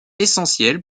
essentiel